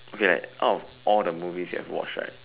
okay like out of all the movies you have watch right